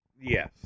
Yes